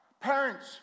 Parents